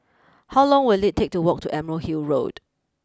how long will it take to walk to Emerald Hill Road